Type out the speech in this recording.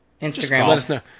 Instagram